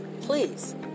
Please